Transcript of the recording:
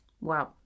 Wow